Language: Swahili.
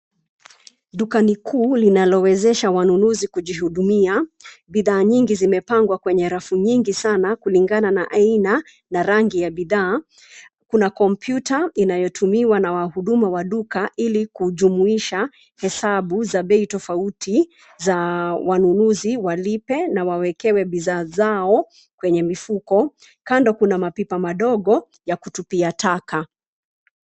Dukani kuu linalowezesha wanununzi kujihudumia. Bidhaa nyingi zimepangwa kwenye rafu nyingi sana kulingana na aina na rangi ya bidhaa. Kuna kompyuta inayotumiwa na wahudumu wa duka ili kujumuisha hesabu za bei tofauti za wanunuzi walipe na wawekewe bidhaa zao kwenye mifuko. Kando kuna mapipa madogo ya kutupia taka.